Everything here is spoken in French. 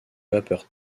vapeurs